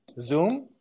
Zoom